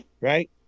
right